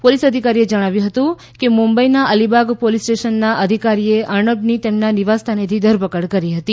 police અધિકારીએ જણાવ્યું હતું કે મુંબઈના અલીબાગ પોલીસ સ્ટેશનના અધિકારીએ અર્ણબની તેના નિવાસસ્થાનેથી ધરપકડ કરી હતી